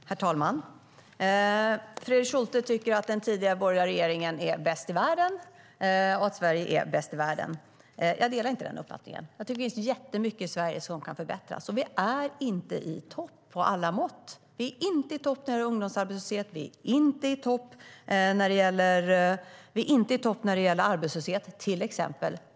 Herr talman! Fredrik Schulte tycker att den tidigare borgerliga regeringen är bäst i världen och att Sverige är bäst i världen. Jag delar inte den uppfattningen. Jag tycker att det finns jättemycket i Sverige som kan förbättras, och vi är inte i topp beträffande alla mått. Vi är inte i topp när det gäller ungdomsarbetslöshet och arbetslöshet, till exempel.